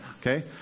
Okay